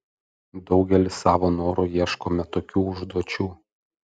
daugelis savo noru ieškome tokių užduočių